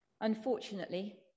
Unfortunately